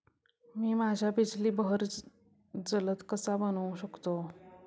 मी माझ्या बिजली बहर जलद कसा बनवू शकतो?